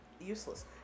Useless